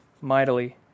mightily